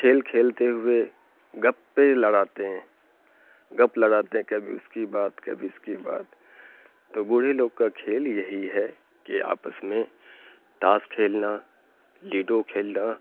کھیل کھیلتے ہوئے گپے لڑاتے ہیں گپ لڑاتے ہیں کبھی اس کی بات کبھی اس کی بات تو بوڑھے لوگ کا کھیل یہی ہے کہ آپس میں تاس کھیلنا لوڈو کھیلنا